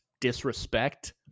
disrespect